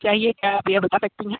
चाहिए क्या आप ये बता सकती हैं